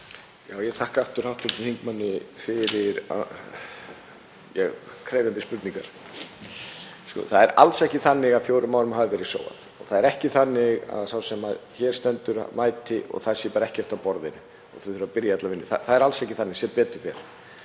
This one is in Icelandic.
Ég þakka hv. þingmanni aftur fyrir krefjandi spurningar. Það er alls ekki þannig að fjórum árum hafi verið sóað og það er ekki þannig að sá sem hér stendur mæti og það sé bara ekkert á borðinu og það þurfi að byrja alla vinnu. Það er alls ekki þannig, sem betur fer.